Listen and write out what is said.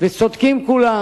וצודקים כולם